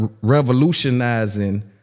revolutionizing